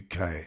UK